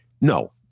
no